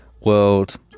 world